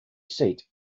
seat